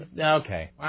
okay